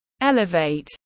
elevate